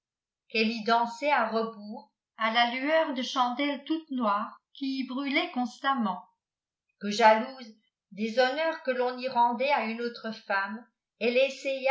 qu'elle y dansait à rebours k la lueur de chandelles toutes noires qui y brûlaient constamment que jalouse des honneurs que l'on y rendait a une autre femme